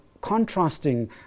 contrasting